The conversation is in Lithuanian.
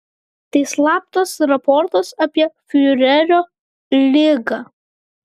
tai slaptas raportas apie fiurerio ligą